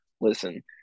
listen